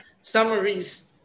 Summaries